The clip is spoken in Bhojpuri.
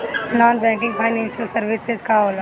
नॉन बैंकिंग फाइनेंशियल सर्विसेज का होला?